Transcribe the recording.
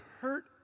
hurt